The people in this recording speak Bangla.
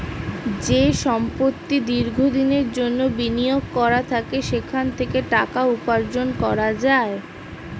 যে সম্পত্তি দীর্ঘ দিনের জন্যে বিনিয়োগ করা থাকে সেখান থেকে টাকা উপার্জন করা যায়